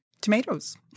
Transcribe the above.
tomatoes